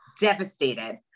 devastated